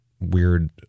weird